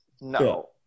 no